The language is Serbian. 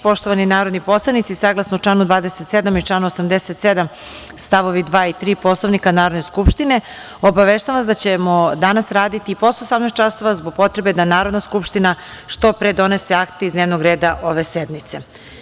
Poštovani narodni poslanici, saglasno članu 27. i članu 87. stavovi 2. i 3. Poslovnika Narodne skupštine, obaveštavam vas da ćemo danas raditi i posle 18.00 časova zbog potrebe da Narodna skupština što pre donese akte iz dnevnog reda ove sednice.